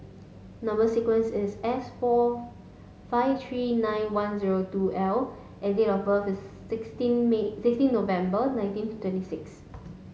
number sequence is S four five three nine one zero two L and date of birth is sixteen May sixteen November nineteen twenty six